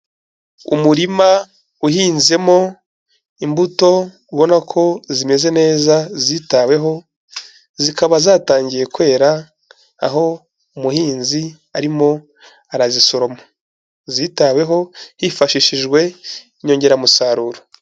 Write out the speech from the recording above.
Umurima uhinzemo imbuto ubona ko zimeze neza zitaweho, zikaba zatangiye kwera, aho umuhinzi arimo arazisoroma, zitaweho hifashishijwe inyongeramusaruro.